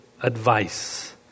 advice